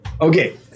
Okay